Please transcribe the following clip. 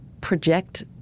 project